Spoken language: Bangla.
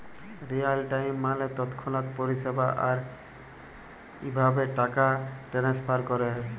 রিয়াল টাইম মালে তৎক্ষণাৎ পরিষেবা, আর ইভাবে টাকা টেনেসফার ক্যরে